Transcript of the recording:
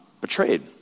betrayed